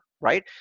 right